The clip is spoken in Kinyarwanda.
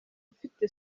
ufite